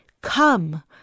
Come